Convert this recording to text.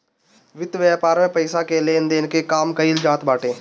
वित्त व्यापार में पईसा के लेन देन के काम कईल जात बाटे